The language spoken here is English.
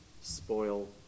spoil